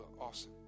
awesome